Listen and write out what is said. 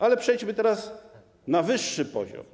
Ale przejdźmy teraz na wyższy poziom.